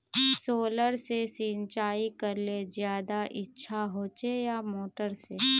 Solar से सिंचाई करले ज्यादा अच्छा होचे या मोटर से?